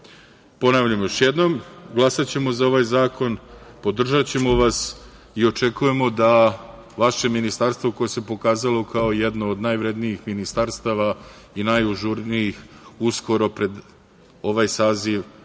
raditi. Ponavljam još jednom, glasaćemo za ovaj zakon, podržaćemo vas i očekujemo da vaše ministarstvo koje se pokazalo kao jedno od najvrednijih ministarstava i najažurnijih uskoro pred ovaj saziv